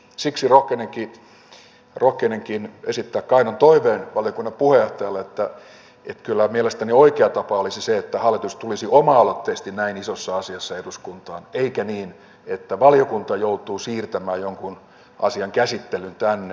siksi rohkenenkin esittää kainon toiveen valiokunnan puheenjohtajalle että kyllä mielestäni oikea tapa olisi se että hallitus tulisi oma aloitteisesti näin isossa asiassa eduskuntaan eikä niin että valiokunta joutuu siirtämään jonkun asian käsittelyn tänne